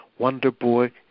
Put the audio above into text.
Wonderboy